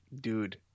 dude